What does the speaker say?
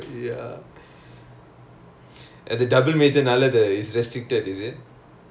ya I I wish I could also ya because I really wanna do a lot of